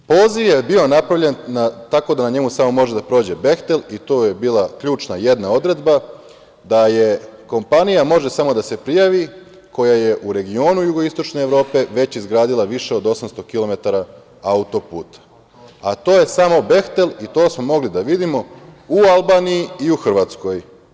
Poziv je bio napravljen tako da na njemu samo može da prođe „Behtel“ i to je bila ključna jedna odredba, da kompanija može samo da se prijavi koja je u regionu Jugoistočne Evrope već izgradila više od 800 kilometara auto-puta, a to je samo „Behtel“ i to smo mogli da vidimo u Albaniji i u Hrvatskoj.